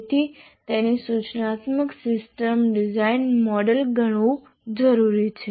તેથી તેને સૂચનાત્મક સિસ્ટમ ડિઝાઇન મોડેલ ગણવું જોઈએ